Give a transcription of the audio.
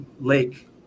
lake